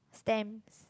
stamps